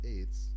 AIDS